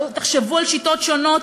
תחשבו על שיטות שונות,